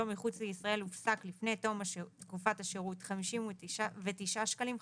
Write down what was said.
מחוץ לישראל הופסק לפני תום תקופת שירות - 59 שקלים חדשים.